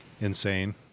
insane